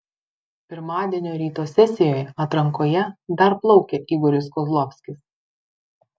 pirmadienio ryto sesijoje atrankoje dar plaukė igoris kozlovskis